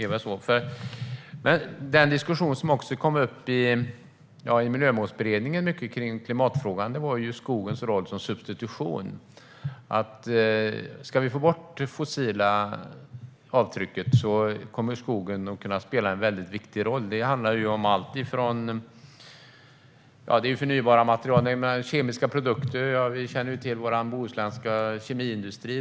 Den diskussion som också kom upp i Miljömålsberedningen kring klimatfrågan gällde skogens roll som substitution. Om vi ska få bort det fossila avtrycket kommer skogen att kunna spela en viktig roll. Det handlar om alltifrån förnybara material och kemiska produkter till annat. Vi känner ju till vår bohuslänska kemiindustri.